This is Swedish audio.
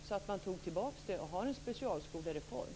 Man har därför tagit tillbaka beslutet och genomför en specialskolereform.